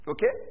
Okay